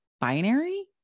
binary